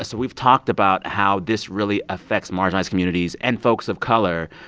so we've talked about how this really affects marginalized communities and folks of color,